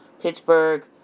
Pittsburgh